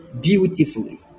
beautifully